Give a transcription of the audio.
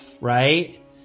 right